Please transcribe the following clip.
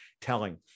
telling